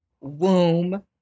womb